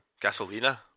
Gasolina